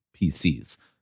PCs